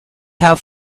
have